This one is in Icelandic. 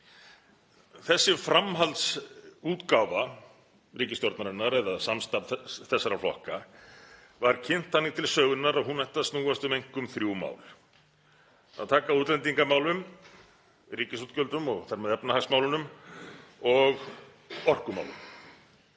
Þessi framhaldsútgáfa ríkisstjórnarinnar eða samstarf þessara flokka var kynnt þannig til sögunnar að hún ætti að snúast um einkum þrjú mál; að taka á útlendingamálum, ríkisútgjöldum og þar með efnahagsmálunum og orkumálum.